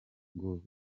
ngo